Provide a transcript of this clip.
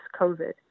COVID